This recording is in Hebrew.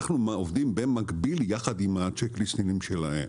אנחנו עובדים במקביל יחד עם הצ'ק ליסטים שלהם.